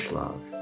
love